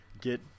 get –